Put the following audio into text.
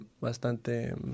bastante